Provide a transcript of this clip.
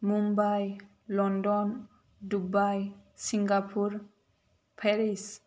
Mumbai London Dubai Singapore Paris